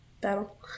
battle